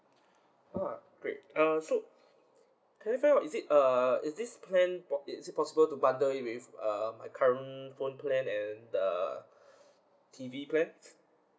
ah great uh so can I find out is it err is this plan is it possible to bundle it with err my current phone plan and the T_V plan